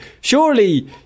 surely